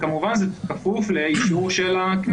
וכמובן זה כפוף לאישור של הכנסת.